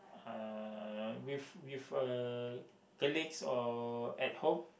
uh with with uh colleagues or at home